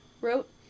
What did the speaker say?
wrote